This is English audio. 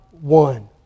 one